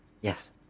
Yes